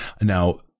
now